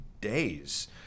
days